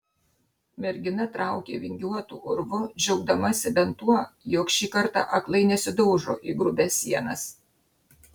mergina traukė vingiuotu urvu džiaugdamasi bent tuo jog šį kartą aklai nesidaužo į grubias sienas